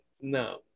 No